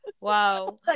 Wow